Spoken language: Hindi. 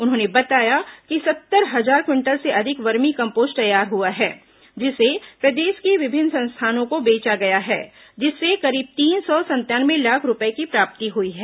उन्होंने बताया कि सत्तर हजार क्विंटल से अधिक वर्मी कंपोस्ट तैयार हुआ है जिसे प्रदेश की विभिन्न संस्थाओं को बेचा गया है जिससे करीब तीन सौ संतानवे लाख रूपये की प्राप्ति हुई है